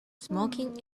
smoking